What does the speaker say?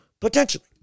Potentially